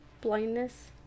blindness